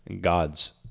gods